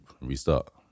restart